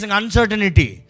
uncertainty